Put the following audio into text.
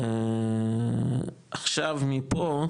עכשיו מפה,